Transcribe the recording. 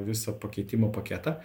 visą pakeitimo paketą